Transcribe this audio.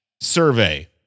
survey